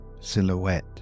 silhouette